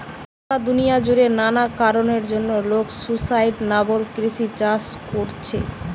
পুরা দুনিয়া জুড়ে নানা কারণের জন্যে লোক সুস্টাইনাবল কৃষি চাষ কোরছে